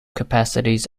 capacities